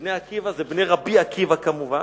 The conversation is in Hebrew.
ו"בני עקיבא" זה בני רבי עקיבא, כמובן.